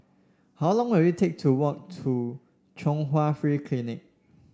how long will it take to walk to Chung Hwa Free Clinic